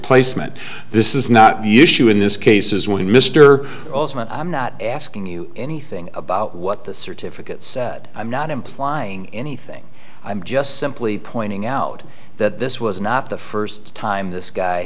placement this is not the issue in this case is when mr alterman i'm not asking you anything about what the certificates i'm not implying anything i'm just simply pointing out that this was not the first time this guy